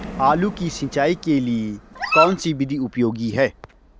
आलू की सिंचाई के लिए कौन सी विधि उपयोगी है?